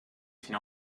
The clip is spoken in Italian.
fino